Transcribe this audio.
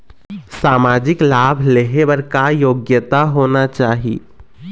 सामाजिक लाभ लेहे बर का योग्यता होना चाही?